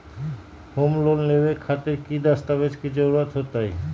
Home loan लेबे खातिर की की दस्तावेज के जरूरत होतई?